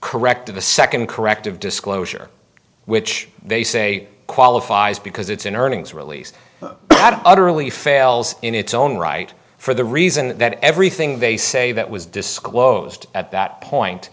correct or the second corrective disclosure which they say qualifies because it's an earnings release had utterly fails in its own right for the reason that everything they say that was disclosed at that point